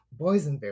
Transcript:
Boysenberry